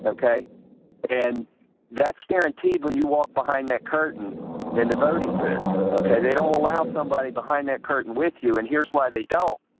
and that's guaranteed when you walk behind that curtain in the voting booth. ok. they don't allow somebody behind that curtain with you. and here's why they don't.